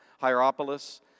Hierapolis